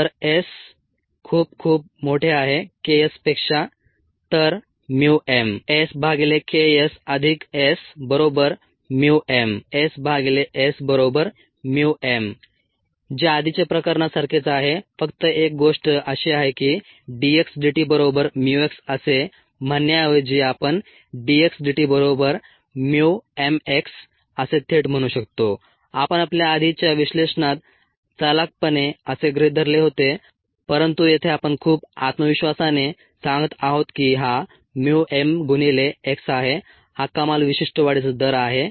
If S≫KS then mSKSSmSSm जे आधीच्या प्रकरणा सारखेच आहे फक्त एक गोष्ट अशी आहे की dx dt बरोबर mu x असे म्हणण्याऐवजी आपण dx dt बरोबर mu mx असे थेट म्हणू शकतो आपण आपल्या आधीच्या विश्लेषणात चालाखपणे असे गृहित धरले होते परंतु येथे आपण खूप आत्मविश्वासाने सांगत आहोत की हा mu m गुणिले x आहे हा कमाल विशिष्ट वाढीचा दर आहे